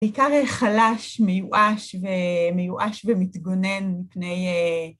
בעיקר חלש, מיואש מיואש ומתגונן מפני